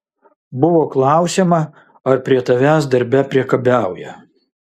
buvo klausiama ar prie tavęs darbe priekabiauja